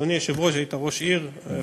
אדוני היושב-ראש, היית ראש עיר.